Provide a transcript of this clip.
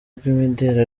rw’imideli